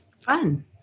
Fun